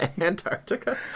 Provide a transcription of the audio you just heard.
Antarctica